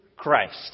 Christ